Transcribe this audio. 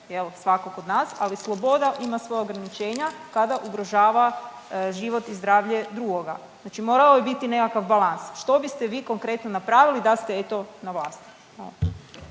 svakog od nas, ali sloboda ima svoja ograničenja kada ugrožava život i zdravlje drugoga, znači morao bi biti nekakav balans, što biste vi konkretno napravili da ste eto na vlasti?